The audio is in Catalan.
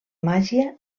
màgia